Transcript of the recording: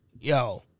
Yo